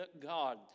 God